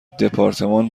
دپارتمان